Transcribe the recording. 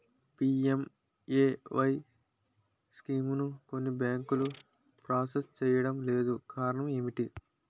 PMAY స్కీమును కొన్ని బ్యాంకులు ప్రాసెస్ చేయడం లేదు కారణం ఏమిటి?